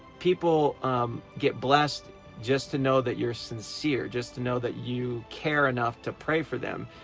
people um get blessed just to know that you're sincere, just to know that you care enough to pray for them.